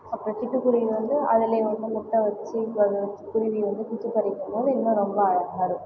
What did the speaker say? அப்புறம் சிட்டுக் குருவி வந்து அதிலே வந்து முட்டை வச்சு அது குருவி வந்து குச்சி கட்டிட்டிருக்கும் போது இன்னும் ரொம்ப அழகாக இருக்கும்